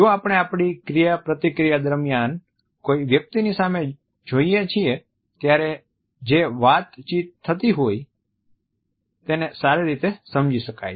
જો આપણે આપણી ક્રિયાપ્રતિક્રિયા દરમિયાન કોઈ વ્યક્તિની સામે જોઈએ છીએ ત્યારે જે વાતચીત થતી હોય છે તેને સારી રીતે સમજી શકાય છે